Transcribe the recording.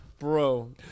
Bro